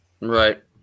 Right